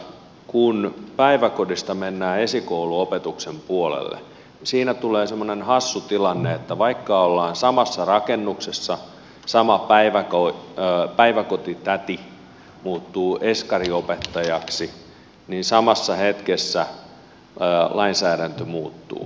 kun päiväkodista mennään esikouluopetuksen puolelle niin siinä tulee semmoinen hassu tilanne että vaikka ollaan samassa rakennuksessa sama päiväkotitäti muuttuu eskariopettajaksi niin samassa hetkessä lainsäädäntö muuttuu